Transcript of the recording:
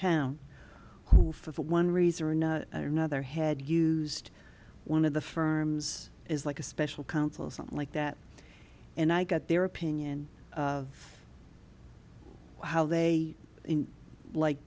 town who for one reason or another or another had used one of the firms is like a special counsel something like that and i got their opinion of how they like